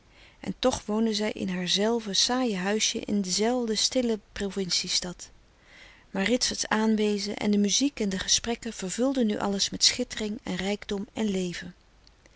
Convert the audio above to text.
en toch woonde zij in haarzelfde saaije huisje in dezelfde stille provinciestad maar ritserts aanwezen en de muziek en de gesprekken vervulden nu alles met schittering en rijkdom en leven